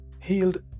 healed